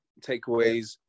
takeaways